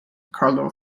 carlo